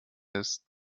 ist